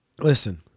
Listen